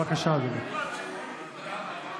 בבקשה, אדוני.